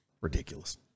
Ridiculous